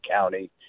County